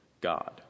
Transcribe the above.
God